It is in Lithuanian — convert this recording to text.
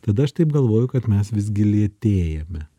tada aš taip galvoju kad mes visgi lėtėjame